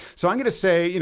so i'm gonna say, you know